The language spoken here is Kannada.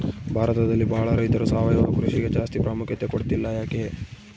ಭಾರತದಲ್ಲಿ ಬಹಳ ರೈತರು ಸಾವಯವ ಕೃಷಿಗೆ ಜಾಸ್ತಿ ಪ್ರಾಮುಖ್ಯತೆ ಕೊಡ್ತಿಲ್ಲ ಯಾಕೆ?